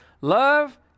love